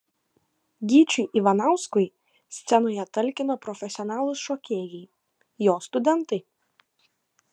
gyčiui ivanauskui scenoje talkino profesionalūs šokėjai jo studentai